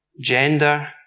gender